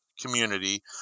community